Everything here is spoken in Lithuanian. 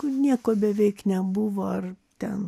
kur nieko beveik nebuvo ar ten